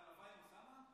והוא עוד שר המשפטים, עלק.